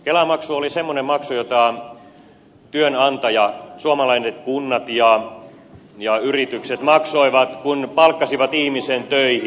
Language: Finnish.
kelamaksu oli semmoinen maksu jota työnantaja suomalaiset kunnat ja yritykset maksoi kun palkkasi ihmisen töihin